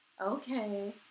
okay